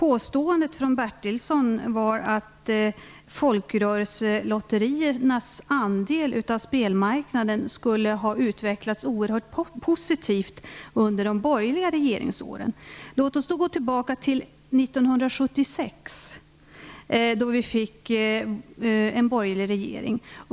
Han påstod att folkrörelselotteriernas andel av spelmarknaden skulle ha utvecklats oerhört positivt under de borgerliga regeringsåren. Låt oss gå tillbaka till 1976 då vi fick en borgerlig regering.